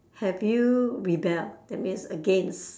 have you rebel that means against